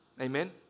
Amen